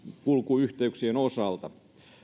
kulkuyhteyksien osalta